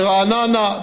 ברעננה,